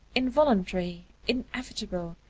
involuntary, inevitable,